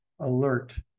alert